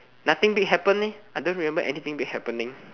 nothing big happen eh I don't remember anything big happening